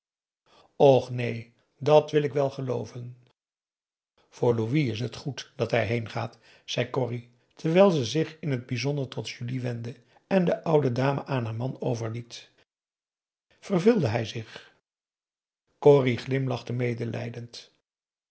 och neen dàt wil ik wel gelooven voor louis is het goed dat hij heengaat zei corrie terwijl ze zich in het bijzonder tot julie wendde en de oude dame aan haar man overliet verveelde hij zich corrie glimlachte medelijdend